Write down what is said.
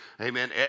amen